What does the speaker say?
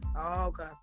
okay